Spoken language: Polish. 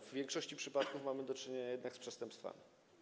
W większości przypadków mamy do czynienia jednak z przestępstwami.